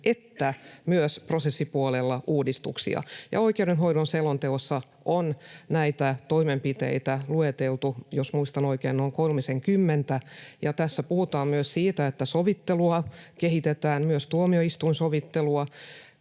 että myös prosessipuolen uudistuksia. Oikeudenhoidon selonteossa on näitä toimenpiteitä lueteltu, jos muistan oikein, noin kolmisenkymmentä, ja tässä puhutaan myös siitä, että sovittelua kehitetään, myös tuomioistuinsovittelua.